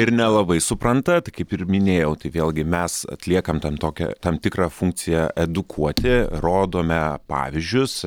ir nelabai supranta tai kaip ir minėjau tai vėlgi mes atliekam tam tokią tam tikrą funkciją edukuoti rodome pavyzdžius